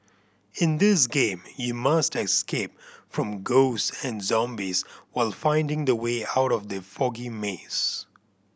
in this game you must escape from ghosts and zombies while finding the way out of the foggy maze